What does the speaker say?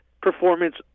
performance